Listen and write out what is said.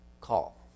call